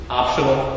optional